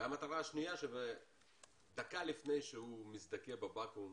המטרה השנייה, דקה לפני שהוא מזדכה בבקו"ם